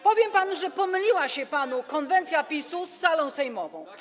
Powiem panu, że pomyliła się panu konwencja PiS-u z salą sejmową.